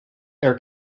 air